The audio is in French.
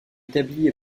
établies